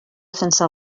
sense